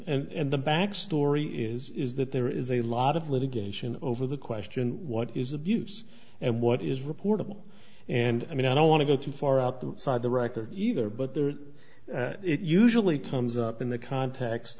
one and the back story is is that there is a lot of litigation over the question what is abuse and what is reportable and i mean i don't want to go too far out the side the record either but there it usually comes up in the context